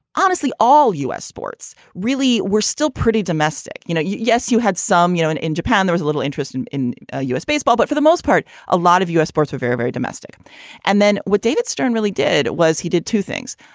honestly, all u s. sports really were still pretty domestic. you know, yes, you had some you know, and in japan, there was a little interest in in ah u s. baseball. but for the most part, a lot of u s. sports were very, very domestic and then what david stern really did was he did two things.